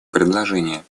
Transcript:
предложения